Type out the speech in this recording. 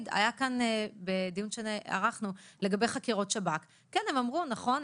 בדיון שערכנו לגבי חקירות שב"כ הם אמרו: נכון,